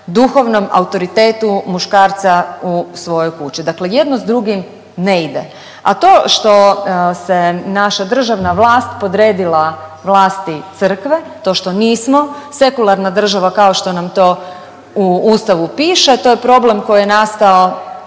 duhovnom autoritetu muškarca u svojoj kući. Dakle jedno s drugim ne ide, a to što se naša državna vlast podredila vlasti crkve, to što nismo sekularna država kao što nam to u Ustavu piše to je problem koji je nastao